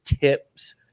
tips